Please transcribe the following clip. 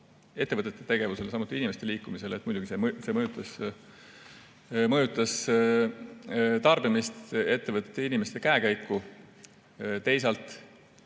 ettevõtete tegevusele, samuti inimeste liikumisele. Muidugi see mõjutas tarbimist, ettevõtete ja inimeste käekäiku. Sellega